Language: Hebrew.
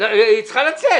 היא צריכה לצאת.